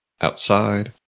Outside